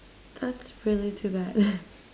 that's really too bad